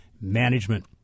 Management